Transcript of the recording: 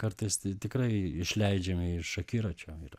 kartais tikrai išleidžiami iš akiračio yra